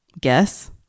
guess